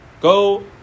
go